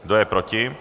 Kdo je proti?